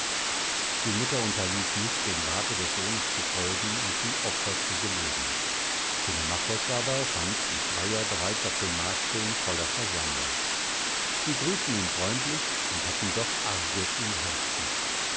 die mutter unterließ nicht dem rate des sohnes zu folgen und die opfer zu geloben telemachos aber fand die freier bereits auf dem markte in voller versammlung sie grüßten ihn freundlich und hatten doch arges im herzen